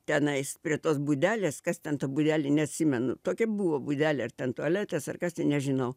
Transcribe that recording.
tenais prie tos būdelės kas ten ta būdelė neatsimenu tokia buvo būdelė ar ten tualetas ar kas ten nežinau